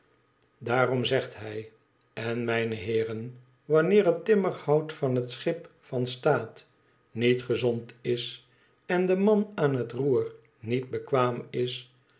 daarom zegt hij n mijne heeren wanneer het timmerhout van het schip van staat niet gezond is en de man aan het roer niet bekwaam is